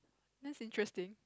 this interesting